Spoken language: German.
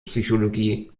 psychologie